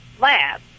lab